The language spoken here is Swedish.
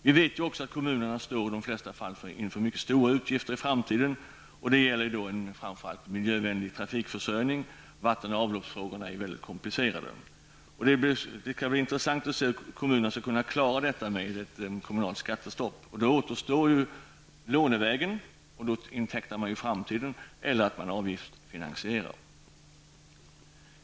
Vi vet att kommunerna står i de flesta fall inför mycket stora utgifter i framtiden. Det gäller framför allt miljövänlig trafikförsörjning. Vattenoch avloppsfrågorna är mycket komplicerade. Det skall bli intressant att se hur kommunerna kommer att klara detta med kommunalt skattestopp. Då återstår lånevägen. Man intecknar framtiden eller avgiftsfinansieringsvägen.